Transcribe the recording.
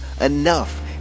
enough